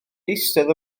eistedd